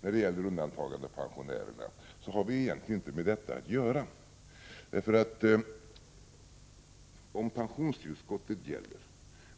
I fråga om undantagandepensionärerna vill jag säga att vi egentligen inte har med den saken att göra — om nu pensionstillskottet gäller